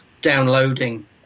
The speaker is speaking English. downloading